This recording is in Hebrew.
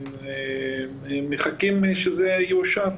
ומחכים שזה יאושר.